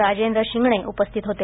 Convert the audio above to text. राजेंद्र शिंगणे उपस्थित होते